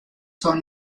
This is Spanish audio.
son